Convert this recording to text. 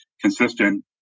consistent